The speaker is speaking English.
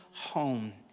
home